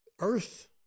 Earth